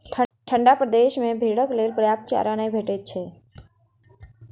ठंढा प्रदेश मे भेंड़क लेल पर्याप्त चारा नै भेटैत छै